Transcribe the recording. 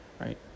Right